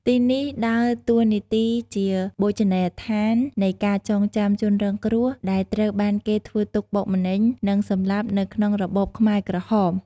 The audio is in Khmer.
ទីនេះដើរតួនាទីជាបូជនីយដ្ឋាននៃការចងចាំជនរងគ្រោះ ដែលត្រូវបានគេធ្វើទុក្ខបុកម្នេញ និងសម្លាប់នៅក្នុងរបបខ្មែរក្រហម